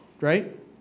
Right